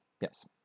yes